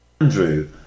Andrew